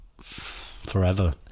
forever